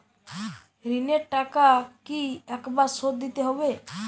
ঋণের টাকা কি একবার শোধ দিতে হবে?